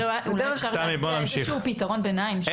אולי אפשר להציע איזשהו פתרון ביניים,